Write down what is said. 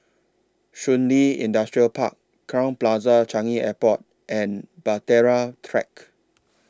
Shun Li Industrial Park Crowne Plaza Changi Airport and Bahtera Track